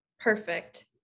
Perfect